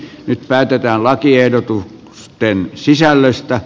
nyt päätetään lakiehdotusten sisällöstä